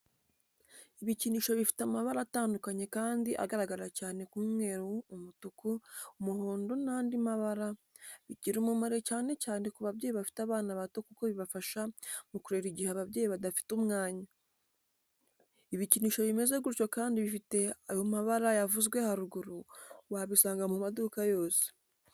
Ibikinisho bifite amabara atandukanye kandi agaragara cyane nk'umweru, umutuku, umuhondo n'andi mabara, bigira umumaro cyane cyane ku babyeyi bafite abana bato kuko bifasha mu kurera igihe ababyeyi badafite umwanya. Ibikinisho bimeze gutyo kandi bifite ayo mabara yavuzwe haruguru wabisanga mu maduka yose.